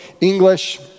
English